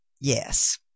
yes